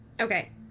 Okay